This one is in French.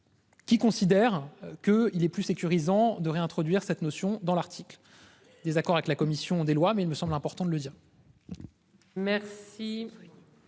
Qui considère que il est plus sécurisant de réintroduire cette notion dans l'Arctique. Désaccord avec la commission des lois mais il me semble important de le dire. Merci.